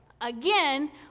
again